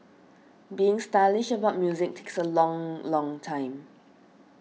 being stylish about music takes a long long time